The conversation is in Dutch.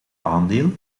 aandeel